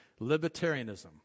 Libertarianism